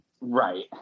Right